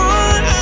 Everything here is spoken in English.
one